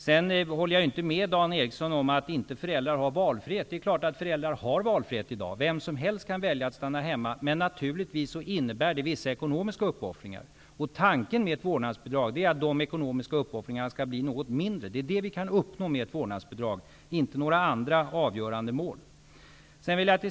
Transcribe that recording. Jag håller inte med Dan Ericsson om att föräldrar inte har valfrihet. Det är klart att föräldrar har valfrihet i dag. Vem som helst kan välja att stanna hemma, men naturligtvis innebär det vissa ekonomiska uppoffringar. Tanken med ett vårdnadsbidrag är att de ekonomiska uppoffringarna skall bli något mindre. Det kan vi uppnå med ett vårdnadsbidrag, inte några andra avgörande mål.